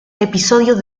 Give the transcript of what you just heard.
episodio